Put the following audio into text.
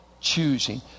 choosing